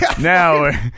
Now